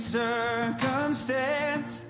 circumstance